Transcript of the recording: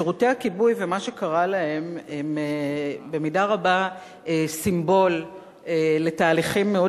שירותי הכיבוי ומה שקרה להם הם במידה רבה סימבול לתהליכים מאוד